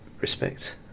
respect